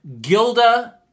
gilda